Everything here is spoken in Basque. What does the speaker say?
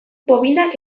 bobinak